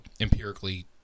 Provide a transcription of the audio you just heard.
empirically